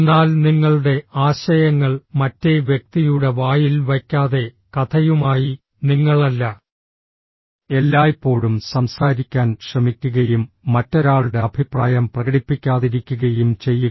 എന്നാൽ നിങ്ങളുടെ ആശയങ്ങൾ മറ്റേ വ്യക്തിയുടെ വായിൽ വയ്ക്കാതെ കഥയുമായി നിങ്ങളല്ല എല്ലായ്പ്പോഴും സംസാരിക്കാൻ ശ്രമിക്കുകയും മറ്റൊരാളുടെ അഭിപ്രായം പ്രകടിപ്പിക്കാതിരിക്കുകയും ചെയ്യുക